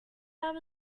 lab